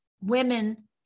women